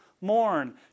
mourn